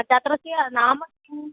छात्रस्य नाम किम्